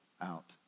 out